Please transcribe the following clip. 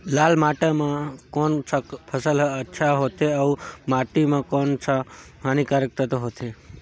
लाल माटी मां कोन सा फसल ह अच्छा होथे अउर माटी म कोन कोन स हानिकारक तत्व होथे?